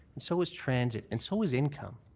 so is transit. and so is income.